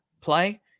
play